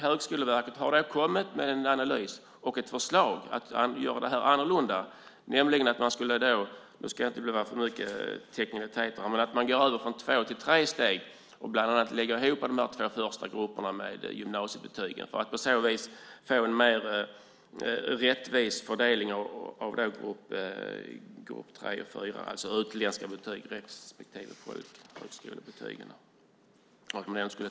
Högskoleverket har kommit med en analys och ett förslag om att göra detta annorlunda, nämligen att man skulle - nu ska jag inte gå in i så mycket teknikaliteter - gå från två till tre steg och lägga ihop de två första grupperna med gymnasiebetyg, för att på så vis få en mer rättvis fördelning av grupp tre och fyra, alltså de med utländska betyg respektive folkhögskolebetyg.